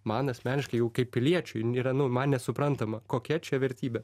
man asmeniškai jau kaip piliečiui yra nu man nesuprantama kokia čia vertybė